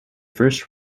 first